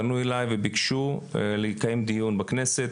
פנו אליי וביקשו לקיים דיון בכנסת,